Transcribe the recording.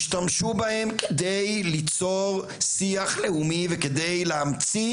השתמשו בהם כדי ליצור שיח לאומי וכדי להמציא